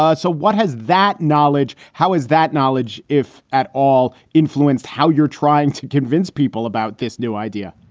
ah so what has that knowledge? how is that knowledge, if at all, influenced how you're trying to convince people about this new idea?